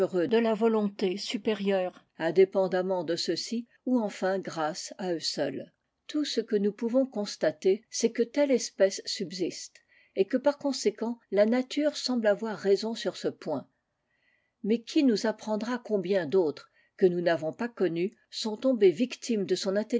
de la volonté supérieure indépendamment de ceux-ci ou enfin grâce à eux seuls tout ce que nous pouvons constater c'est que telle espèce subsiste el que par conséquent la nature semble avoir raison sur ce point mais qui nous apprendra combien d'autres q nous n'avons pas connues sont tombées v times de son